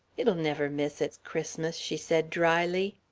it'll never miss its christmas, she said dryly.